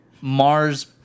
Mars